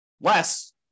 Less